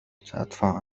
سأدفع